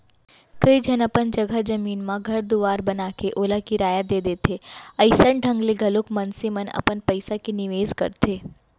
कइ झन अपन जघा जमीन म घर दुवार बनाके ओला किराया दे देथे अइसन ढंग ले घलौ मनसे मन अपन पइसा के निवेस करथे